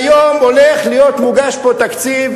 היום הולך להיות מוגש פה תקציב,